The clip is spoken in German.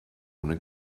ohne